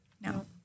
No